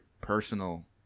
personal